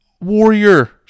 warrior